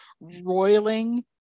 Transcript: roiling